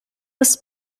was